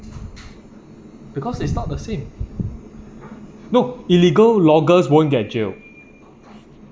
because it's not the same no illegal loggers won't get jail